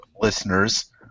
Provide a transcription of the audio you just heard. listeners